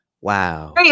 Wow